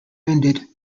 ended